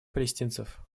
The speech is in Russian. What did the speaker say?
палестинцев